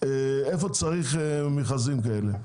איפה צריך מכרזים כאלה?